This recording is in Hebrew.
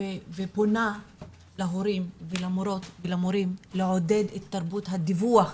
ופונה להורים ולמורות ולמורים לעודד את תרבות הדיווח